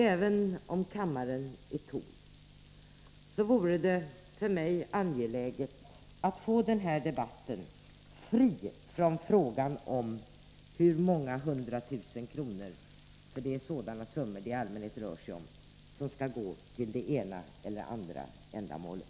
Även om kammaren är tom vore det för mig angeläget att få den här debatten fri från frågan om hur många hundra tusen kronor — det är sådana summor det i allmänhet rör sig om — som skall gå till det ena eller andra ändamålet.